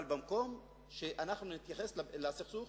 אבל במקום שאנחנו נתייחס לסכסוך